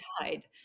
tied